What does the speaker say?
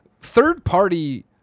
third-party